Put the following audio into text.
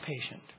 patient